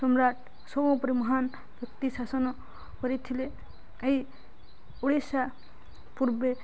ସମ୍ରାଟ ସମୁପରେ ମହାନ ଶକ୍ତି ଶାସନ କରିଥିଲେ ଏଇ ଓଡ଼ିଶା ପୂର୍ବେ